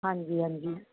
ਹਾਂਜੀ ਹਾਂਜੀ